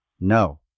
No